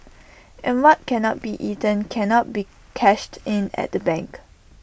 and what cannot be eaten cannot be cashed in at the bank